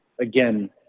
again